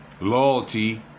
loyalty